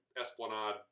esplanade